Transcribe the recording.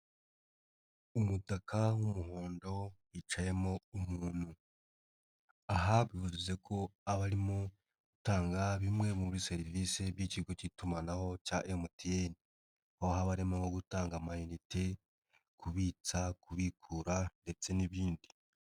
Umutaka w'umuhondo hicayemo umuntu, aha bivuze ko aba arimo gutanga bimwe muri serivisi by'ikigo cy'itumanaho cya MTN, aho haba harimo nko gutanga amayinite, kubitsa, kubikura ndetse n'ibindi.